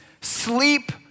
sleep